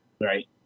right